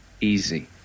easy